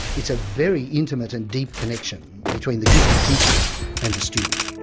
it's a very intimate and deep connection between the gifted teacher and the student.